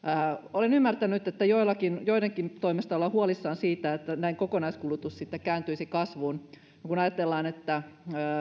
olen ymmärtänyt että joidenkin toimesta ollaan huolissaan siitä että kokonaiskulutus sitten kääntyisi näin kasvuun kun ajatellaan että